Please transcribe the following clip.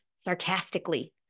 sarcastically